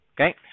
Okay